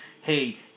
hey